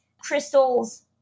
Crystal's